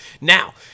Now